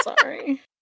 sorry